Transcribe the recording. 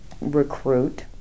recruit